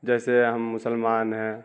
جیسے ہم مسلمان ہیں